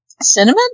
Cinnamon